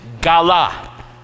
Gala